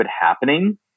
happening